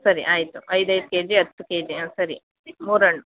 ಸರಿ ಆಯಿತು ಐದೈದು ಕೆಜಿ ಹತ್ತು ಕೆಜಿ ಹಾಂ ಸರಿ ಮೂರು ಹಣ್